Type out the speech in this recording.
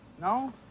No